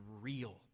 real